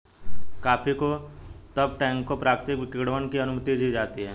coffee को तब टैंकों प्राकृतिक किण्वन की अनुमति दी जाती है